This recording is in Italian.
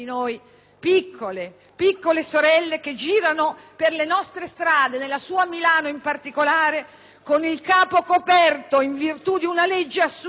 "piccole", piccole sorelle che girano per le nostre strade, nella sua Milano in particolare, con il capo coperto in virtù di una legge assurda